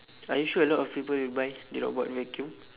are you sure a lot of people will buy the robot vacuum